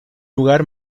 lugar